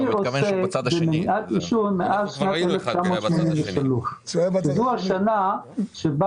אני עוסק במניעת עישון מאז שנת 1983. זו השנה בה